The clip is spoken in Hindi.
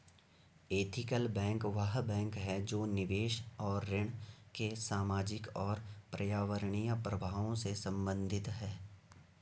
एथिकल बैंक वह बैंक है जो निवेश और ऋण के सामाजिक और पर्यावरणीय प्रभावों से संबंधित है